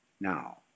Now